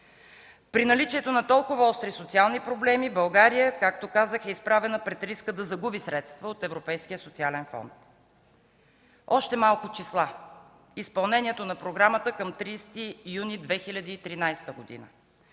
При наличието на толкова остри социални проблеми България, както казах, е изправена пред риска да загуби средства от Европейския социален фонд. Още малко числа: изпълнението на програмата към 30 юни 2013 г.